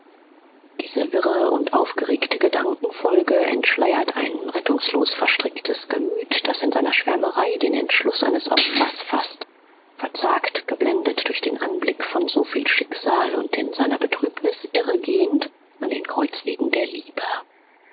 diese wirre und aufgeregte gedankenfolge entschleiert ein rettungslos verstricktes gemüt das in seiner schwärmerei den entschluß eines opfers faßt verzagt geblendet durch den anblick von so viel schicksal und in seiner betrübnis irregehend an den kreuzwegen der liebe